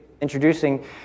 introducing